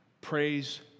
Praise